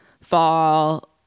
fall